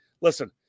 listen